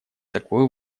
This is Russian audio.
такую